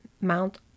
Mount